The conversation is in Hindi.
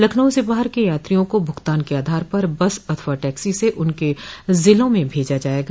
लखनऊ से बाहर के यात्रियों को भूगतान के आधार पर बस अथवा टैक्सी से उनके जिलों में भेजा जायेगा